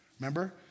Remember